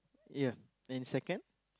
ya and second